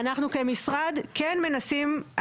אנחנו כמשרד כן מנסים,